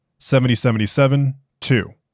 7077-2